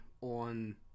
on